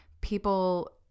people